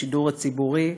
השידור הציבורי: